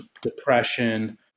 depression